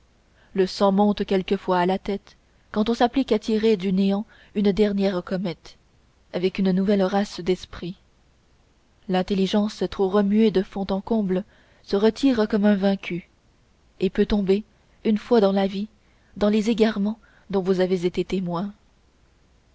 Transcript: le sang monte quelquefois à la tête quand on s'applique à tirer du néant une dernière comète avec une nouvelle race d'esprits l'intelligence trop remuée de fond en comble se retire comme un vaincu et peut tomber une fois dans la vie dans les égarements dont vous avez été témoins